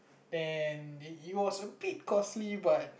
then eh it was a bit costly but